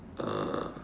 uh